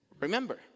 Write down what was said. Remember